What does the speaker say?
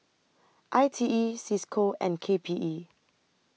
I T E CISCO and K P E